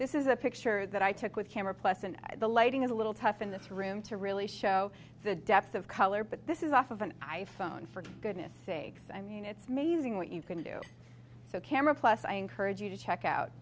this is a picture that i took with camera plus and the lighting is a little tough in this room to really show the depth of color but this is off of an i phone for goodness sakes i mean it's amazing what you can do so camera plus i encourage you to check out